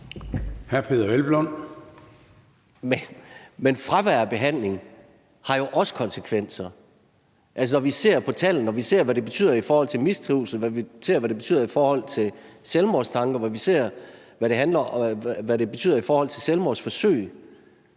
Men fravær af behandling har jo også konsekvenser. Altså, når vi ser på tallene, når vi ser, hvad det betyder i forhold til mistrivsel, når vi ser, hvad det betyder i forhold til selvmordstanker, og når vi ser, hvad det betyder i forhold til selvmordsforsøg,